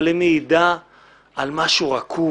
אבל היא מעידה על משהו רקוב.